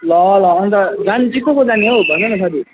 ल ल अनि त जान चाहिँ को को जाने हौ भन न साथी